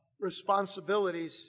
responsibilities